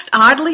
oddly